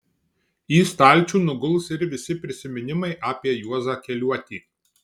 į stalčių nuguls ir visi prisiminimai apie juozą keliuotį